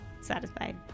satisfied